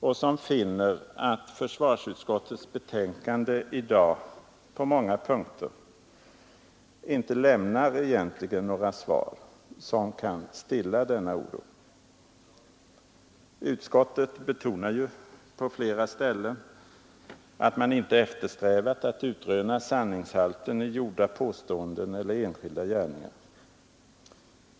Och som finner att försvarsutskottets betänkande i dag på många punkter egentligen inte lämnar några svar som kan stilla denna oro. Utskottet betonar på flera ställen att man inte eftersträvat att utröna sanningshalten i gjorda påståenden eller enskilda gärningar.